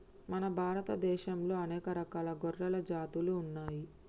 మన భారత దేశంలా అనేక రకాల గొర్రెల జాతులు ఉన్నయ్యి